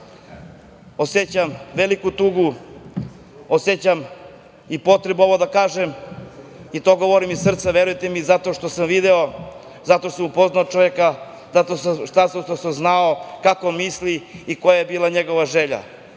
nas. Osećam veliku tugu, osećam i potrebu ovo da kažem i to govorim iz srca, verujte mi, zato što sam video, zato što sam upoznao čoveka, zato što sam tačno znao kao misli i koja je bila njegova želja.